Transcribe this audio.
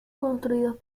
construidos